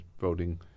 voting